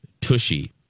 Tushy